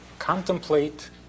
contemplate